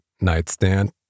nightstand